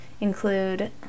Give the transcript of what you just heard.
include